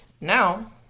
Now